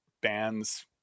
bands